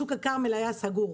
שוק הכרמל היה סגור.